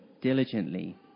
diligently